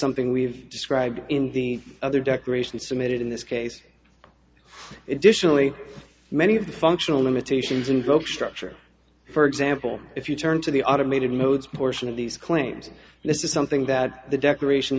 something we've described in the other declaration submitted in this case edition only many of the functional limitations invoke structure for example if you turn to the automated modes portion of these claims this is something that the decoration